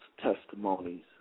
testimonies